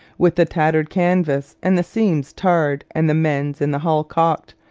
with the tattered canvas and the seams tarred and the mends in the hull caulked,